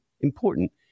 important